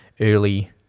early